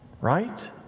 right